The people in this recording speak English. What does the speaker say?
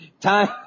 time